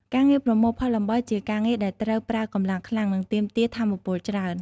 ការងារប្រមូលផលអំបិលជាការងារដែលត្រូវប្រើកម្លាំងខ្លាំង និងទាមទារថាមពលច្រើន។